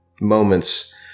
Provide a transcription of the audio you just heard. moments